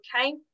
Okay